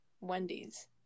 Wendy's